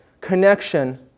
connection